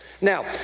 Now